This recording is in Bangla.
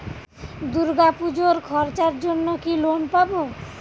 দূর্গাপুজোর খরচার জন্য কি লোন পাব?